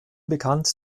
bekannt